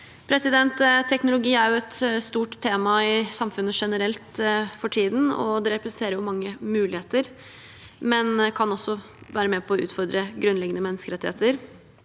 av det. Teknologi er et stort tema i samfunnet generelt for tiden. Den representerer mange muligheter, men kan også være med på å utfordre grunnleggende menneskerettigheter.